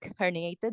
herniated